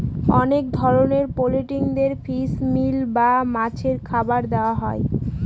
অনেক ধরনের পোল্ট্রিদের ফিশ মিল বা মাছের খাবার দেওয়া হয়